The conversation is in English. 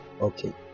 Okay